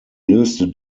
löste